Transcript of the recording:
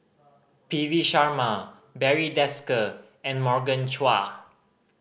P V Sharma Barry Desker and Morgan Chua